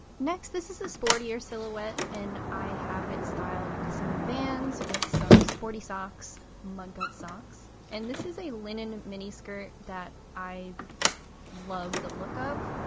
next this is a sporty or silhouette and i have it styled with some vans with some sporty socks mudguts socks and this is a linen miniskirt that i love the look of